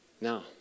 Now